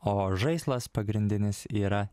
o žaislas pagrindinis yra